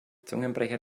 zungenbrecher